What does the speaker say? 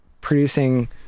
producing